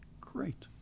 great